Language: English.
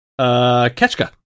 Ketchka